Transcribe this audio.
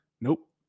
Nope